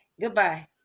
Goodbye